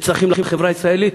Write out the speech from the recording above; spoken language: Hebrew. יש צרכים לחברה הישראלית?